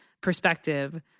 perspective